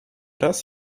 raz